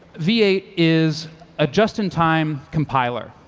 v eight is a just in time compiler,